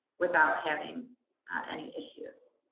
without having any issues.